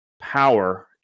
power